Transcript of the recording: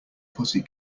pussy